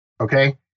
Okay